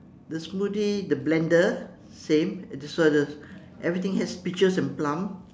the smoothie the blender same so there's everything has peaches and plum